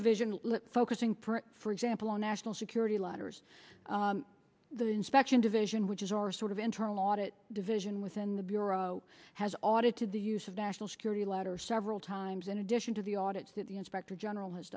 division focusing for example on national security letters the inspection division which is or a sort of internal audit division within the bureau has audit to the use of national security letters several times in addition to the audit that the inspector general has